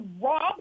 rob